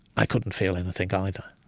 i couldn't feel anything either.